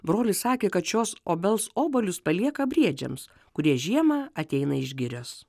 brolis sakė kad šios obels obuolius palieka briedžiams kurie žiemą ateina iš girios